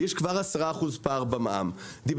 יש כבר 10% פער במע"מ.